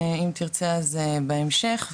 אם תרצה אז בהמשך,